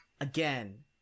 Again